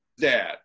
dad